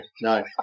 no